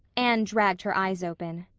anne dragged her eyes open.